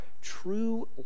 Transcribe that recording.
true